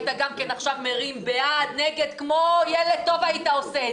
היית מרים בעד-נגד כמו ילד טוב.